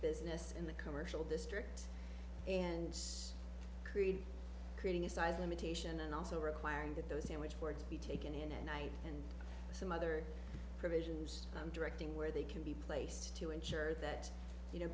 business in the commercial district and create creating a size limitation and also requiring that those sandwich boards be taken in at night and some other provisions i'm directing where they can be placed to ensure that you know